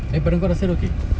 daripada kau rasa okay